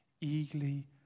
eagerly